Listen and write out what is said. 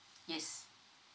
yes